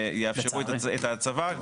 שיאפשרו את ההצבה,